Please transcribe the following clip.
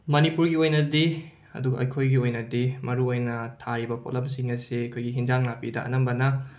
ꯃꯅꯤꯄꯨꯔꯒꯤ ꯑꯣꯏꯅꯗꯤ ꯑꯗꯨꯒ ꯑꯩꯈꯣꯏꯒꯤ ꯑꯣꯏꯅꯗꯤ ꯃꯔꯨꯑꯣꯏꯅ ꯊꯥꯔꯤꯕ ꯄꯣꯠꯂꯝꯁꯤꯡ ꯑꯁꯦ ꯑꯩꯈꯣꯏꯒꯤ ꯍꯦꯟꯖꯥꯡ ꯅꯥꯄꯤꯗ ꯑꯅꯝꯕꯅ